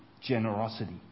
generosity